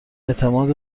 اعتماد